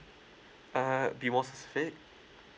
uh be more specific